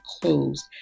closed